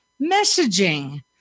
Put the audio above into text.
messaging